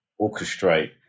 orchestrate